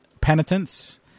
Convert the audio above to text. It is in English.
penitence